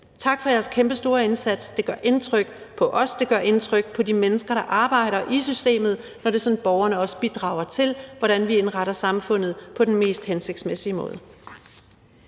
Tak for jeres kæmpestore indsats, det gør indtryk på os, det gør indtryk på de mennesker, der arbejder i systemet, når det er sådan, at borgerne også bidrager til, hvordan vi indretter samfundet på den mest hensigtsmæssige måde.